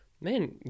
Man